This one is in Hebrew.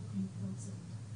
עוד דוברת אחת שלא פנינו אליה, ובזה